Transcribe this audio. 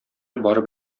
барып